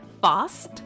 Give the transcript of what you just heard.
Fast